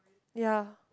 ya